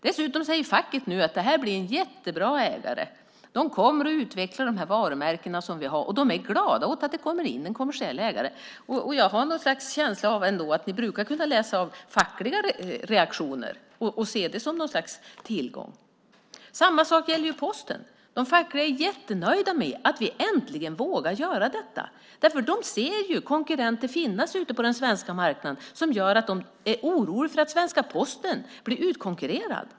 Dessutom säger facket nu att detta blir en jättebra ägare som kommer att utveckla de varumärken som man har. Man är glad över att det kommer in en kommersiell ägare. Jag har något slags känsla av att ni brukar kunna läsa av fackliga reaktioner och se dem som något slags tillgång. Samma sak gällde Posten. De fackliga organisationerna är jättenöjda med att vi äntligen vågar göra detta därför att de ser att det finns konkurrenter ute på den svenska marknaden som gör att de är oroliga för att den svenska posten blir utkonkurrerad.